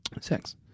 Sex